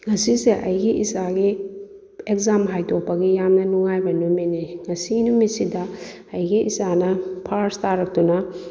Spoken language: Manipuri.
ꯉꯁꯤꯁꯦ ꯑꯩꯒꯤ ꯏꯆꯥꯒꯤ ꯑꯦꯛꯖꯥꯝ ꯍꯥꯏꯗꯣꯛꯄꯒꯤ ꯌꯥꯝꯅ ꯅꯨꯡꯉꯥꯏꯕ ꯅꯨꯃꯤꯠꯅꯤ ꯉꯁꯤ ꯅꯨꯃꯤꯠꯁꯤꯗ ꯑꯩꯒꯤ ꯏꯆꯥꯅ ꯐꯥꯔꯁ ꯇꯥꯔꯛꯇꯨꯅ